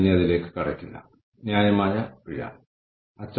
വിറ്റുവരവും അവസാനിപ്പിക്കലും മറ്റൊന്നാണ്